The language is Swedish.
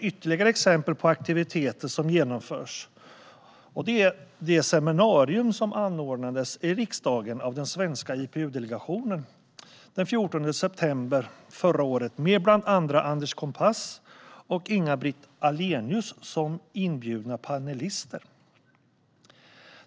Ytterligare ett exempel på aktiviteter som genomförs är det seminarium som anordnades i riksdagen av den svenska IPU-delegationen den 14 september förra året. Bland andra Anders Kompass och Inga-Britt Ahlenius var inbjudna panelister.